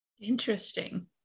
Interesting